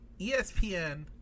ESPN